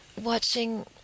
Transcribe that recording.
watching